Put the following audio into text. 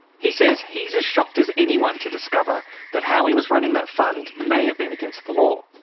he says he's as shocked as anyone to discover that how he was running that fund may have been against the law.